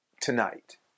tonight